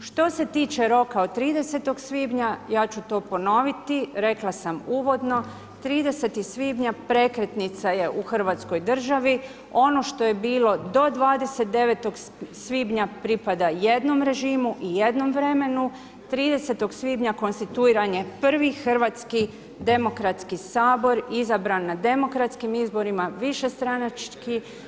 Što se tiče roka od 30. svibnja, ja ću to ponoviti, rekla sam uvodno, 30. svibnja, prekretnica je u Hrvatskoj državi, ono što je bilo do 29. svibnja, pripada jednom režimu i jednom vremenu, 30. svibnja, konstituiran je prvi hrvatski demokratski Sabor, izabran na demokratskim izborima, višestranački.